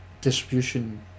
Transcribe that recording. distribution